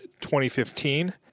2015